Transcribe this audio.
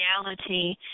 reality